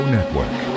Network